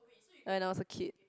like when I was kid